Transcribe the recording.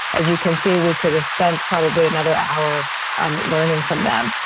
as you can see, we could have spent probably another hour learning from them,